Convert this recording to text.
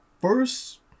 first